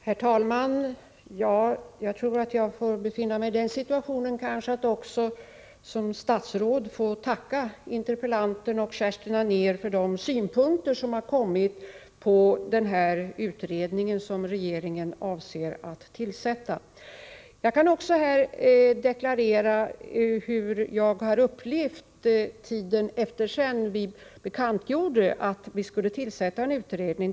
Herr talman! Jag tror att jag befinner mig i den situationen att jag som statsråd får tacka interpellanten och Kerstin Anér för de synpunkter som har kommit på den utredning som jag avser föreslå regeringen att tillsätta. Jag kan också här deklarera hur jag har upplevt tiden efter det att vi bekantgjorde att vi skulle tillsätta en sådan här utredning.